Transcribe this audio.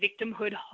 victimhood